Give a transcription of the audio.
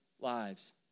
lives